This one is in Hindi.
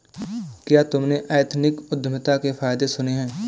क्या तुमने एथनिक उद्यमिता के फायदे सुने हैं?